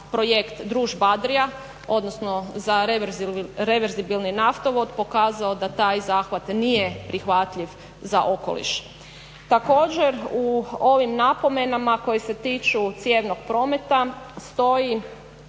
projekt Družba Adria, odnosno za reverzibilni naftovod pokazao da taj zahvat nije prihvatljiv za okoliš. Također u ovim napomenama koje se tiču cijevnog prometa stoji